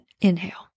inhale